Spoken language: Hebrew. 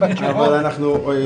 תודה רבה לך.